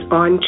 on